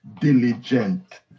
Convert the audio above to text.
diligent